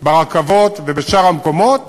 ברכבות ובשאר המקומות,